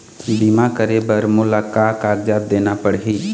बीमा करे बर मोला का कागजात देना पड़ही?